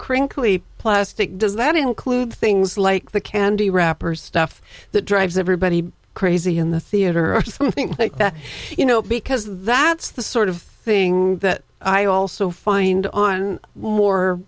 crinkly plastic does that include things like the candy wrapper stuff that drives everybody crazy in the theater or something like that you know because that's the sort of thing that i also find on more